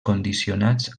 condicionats